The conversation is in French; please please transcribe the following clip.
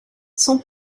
son